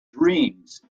dreams